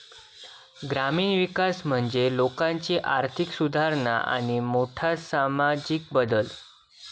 ग्रामीण विकास म्हणजे लोकांची आर्थिक सुधारणा आणि मोठे सामाजिक बदल